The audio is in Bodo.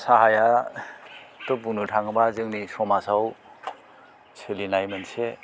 साहायाथ' बुंनो थाङोब्ला जोंनि समाजाव सोलिनाय मोनसे